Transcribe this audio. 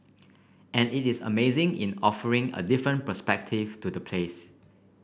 and it is amazing in offering a different perspective to the place